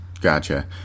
Gotcha